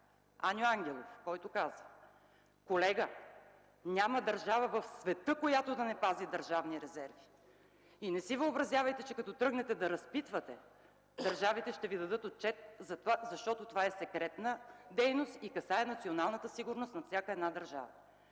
Аню Ангелов казва: „Колега, няма държава в света, която да не пази държавни резерви. И не си въобразявайте, че като тръгнете да разпитвате, държавите ще Ви дадат отчет за това, защото то е секретна дейност и касае националната сигурност на всяка една държава”.